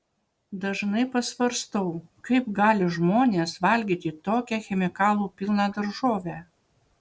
dažnai pasvarstau kaip gali žmonės valgyti tokią chemikalų pilną daržovę